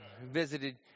visited